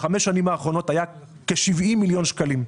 בחמש השנים האחרונות היה כ-70 מיליון שקלים.